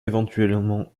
éventuellement